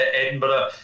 Edinburgh